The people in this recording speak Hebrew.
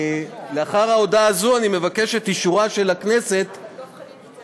לאחר הודעה זו אני מבקש את אישור הכנסת להצעה.